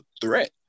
threat